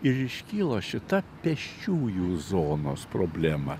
ir iškilo šita pėsčiųjų zonos problema